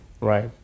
Right